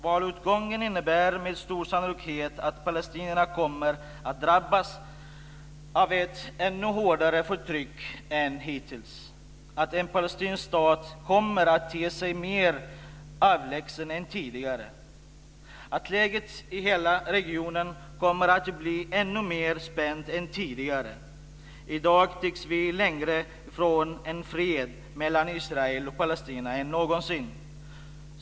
Valutgången innebär med stor sannolikhet att palestinierna kommer att drabbas av ett ännu hårdare förtryck än hittills, att en palestinsk stat kommer att te sig mer avlägsen än tidigare och att läget i hela regionen kommer att bli ännu mer spänt än tidigare. I dag tycks vi stå längre ifrån en fred mellan Israel och Palestina än någonsin.